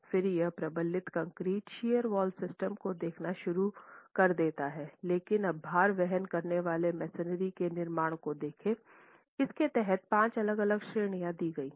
फिर यह प्रबलित कंक्रीट शियर वाल सिस्टम को देखना शुरू कर देता है लेकिन अब भार वहन करने वाले मैसनरी के निर्माण को देखे इस के तहत 5 अलग अलग श्रेणियां दी गई हैं